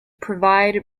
provide